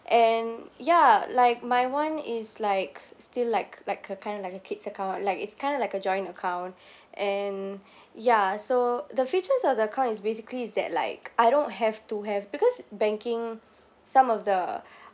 and ya like my one is like still like like a kind of like a kid's account like it's kind of like a joint account and ya so the features of the account is basically is that like I don't have to have because banking some of the